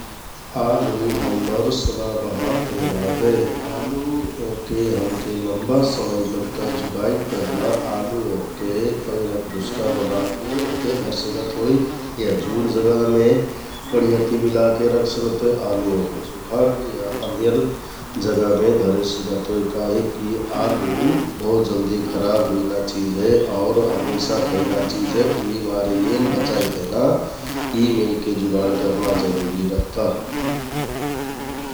आलु हम्मर सदाबहार तेना हे । आलु ओहके हमके लम्बा समय लुक्का जुगाइक तहना आलु ओहके पैरक ढुस्का बनाके धरसिकत होइ । या जुड जगामे बढियाति मिलाके रखसकत होइ आलु ओहके सुखाके या अन्धियर जगामे धरे सिकत होइ । काहिकि यि आलु बहुत जल्दि खराब हुइना चिझ हे । आउर हमेसा खैना चिझ हे उहिमारे एन बचाइ तहना मेलके जुगाड करना जरुरि रहता ।